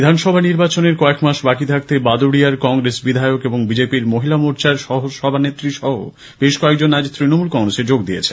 বিধানসভা নির্বাচনের কয়েকমাস বাকী থাকতে বাদুরিয়ার কংগ্রেস বিধায়ক এবং বিজেপির মহিলা মোর্চার সহ সভানেত্রীসহ বেশ কয়েকজন আজ তৃণমূল কংগ্রেসে যোগ দিয়েছেন